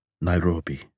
Nairobi